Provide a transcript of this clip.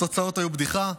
התוצאות היו בדיחה.